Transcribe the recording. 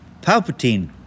Palpatine